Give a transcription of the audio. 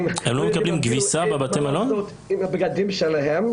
הם לא יודעים אפילו מה לעשות עם הבגדים שלהם,